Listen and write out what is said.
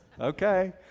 Okay